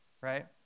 right